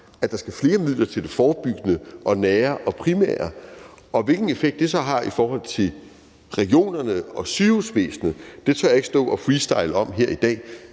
at der skal flere midler til det forebyggende og nære og primære, og hvilken effekt det så har i forhold til regionerne og sygehusvæsenet, tør jeg ikke stå og freestyle om her i dag.